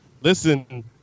Listen